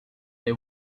they